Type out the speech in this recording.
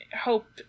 hope